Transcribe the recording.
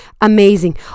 amazing